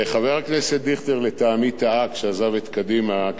מי זה היה,